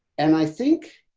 and i think